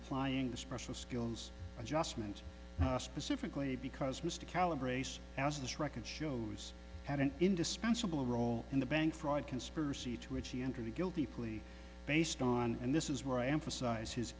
applying the special skills adjustment specifically because mr calibrates was this record shows had an indispensable role in the bank fraud conspiracy to which he entered a guilty plea based on and this is where i emphasize his